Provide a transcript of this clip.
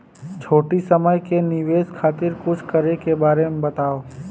छोटी समय के निवेश खातिर कुछ करे के बारे मे बताव?